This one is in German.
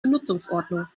benutzungsordnung